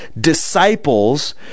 disciples